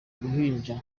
uruhinja